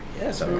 Yes